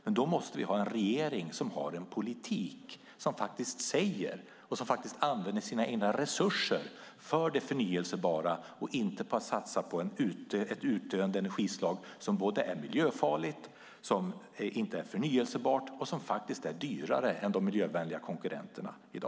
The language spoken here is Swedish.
Men då måste vi ha en regering som har en sådan politik och som använder sina egna resurser till det förnybara och inte enbart satsar på ett utdöende energislag som är miljöfarligt, som inte är förnybart och som i dag faktiskt är dyrare än de miljövänliga konkurrenterna.